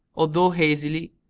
although hazily,